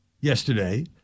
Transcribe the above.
yesterday